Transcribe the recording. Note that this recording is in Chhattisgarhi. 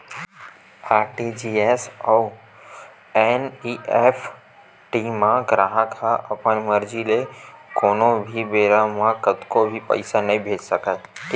आर.टी.जी.एस अउ एन.इ.एफ.टी म गराहक ह अपन मरजी ले कोनो भी बेरा म कतको भी पइसा नइ भेज सकय